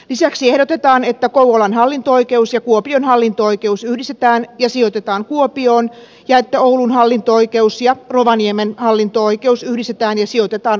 lisäksi ehdotetaan että kouvolan hallinto oikeus ja kuopion hallinto oikeus yhdistetään ja sijoitetaan kuopioon ja että oulun hallinto oikeus ja rovaniemen hallinto oikeus yhdistetään ja sijoitetaan ouluun